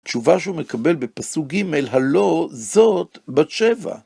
תשובה שהוא מקבל בפסוק ג': הלא זאת בת שבע.